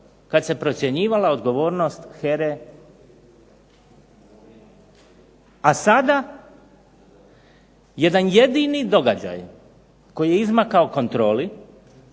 kada se ocjenjivala odgovornost HERA-e, a sada jedan jedini događaj koji je izmakao kontroli,